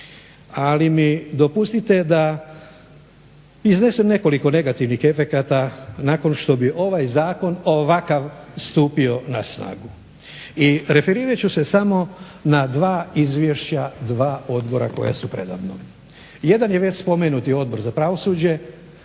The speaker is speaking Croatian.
ali mi dopustite da iznesem nekoliko negativnih efekata nakon što bi ovaj zakon ovakav stupio na snagu. I referirat ću se samo na dva izvješća, dva odbora koja su preda mnom. Jedan je već spomenuti Odbor za pravosuđe